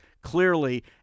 clearly